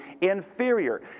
inferior